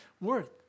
worth